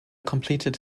completed